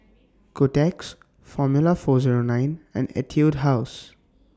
Kotex Formula four Zero nine and Etude House